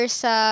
sa